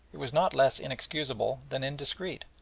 it was not less inexcusable than indiscreet,